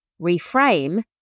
reframe